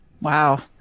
Wow